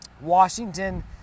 Washington